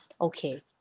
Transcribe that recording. Okay